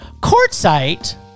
Quartzite